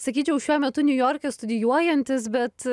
sakyčiau šiuo metu niujorke studijuojantis bet